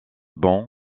bancs